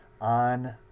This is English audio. on